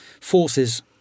forces